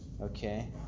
Okay